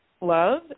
love